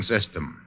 System